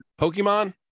Pokemon